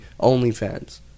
OnlyFans